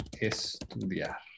estudiar